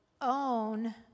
own